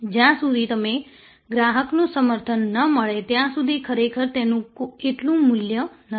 જ્યાં સુધી તમને ગ્રાહકનું સમર્થન ન મળે ત્યાં સુધી ખરેખર તેનું એટલું મૂલ્ય નથી